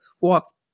walk